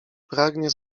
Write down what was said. pragnie